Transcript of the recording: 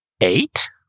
Eight